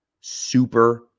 super